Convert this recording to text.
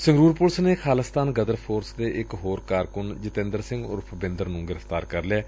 Sangrur police ਨੇ Khalistan Ghadar force ਦੇ ਇਕ ਹੋਰ ਕਾਰਕੁੰਨ ਜਤਿੰਦਰ ਸਿੰਘ ਉਰਫ਼ ਬਿੰਦਰ ਨੂੰ ਗ੍ਰਿਫ਼ਤਾਰ ਕਰ ਲਿਐ